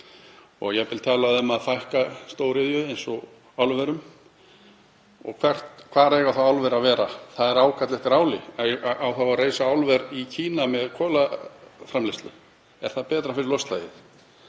og jafnvel talað um að fækka stóriðju eins og álverum. Hvar eiga þá álver að vera? Það er ákall eftir áli. Á þá að reisa álver í Kína með kolaframleiðslu? Er það betra fyrir loftslagið?